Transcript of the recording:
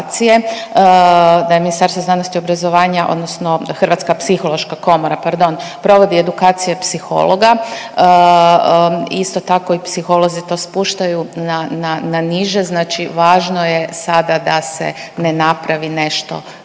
da je Ministarstvo znanosti i obrazovanja odnosno Hrvatska psihološka komora pardon provodi edukacije psihologa. Isto tako i psiholozi to spuštaju na niže. Znači važno je sada da se ne napravi nešto,